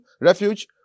refuge